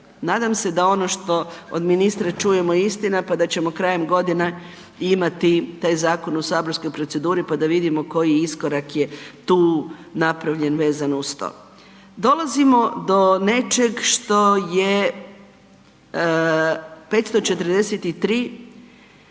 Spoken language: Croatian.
nadam da se ono što od ministra čujemo je istina pa da ćemo krajem godine imati taj zakon u saborskoj proceduri pa da vidimo koji iskorak je tu napravljen vezano uz to. Dolazimo do nečeg što je 543